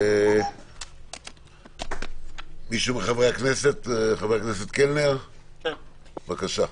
חבר הכנסת קלנר, בבקשה.